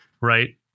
right